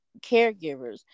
caregivers